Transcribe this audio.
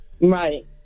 Right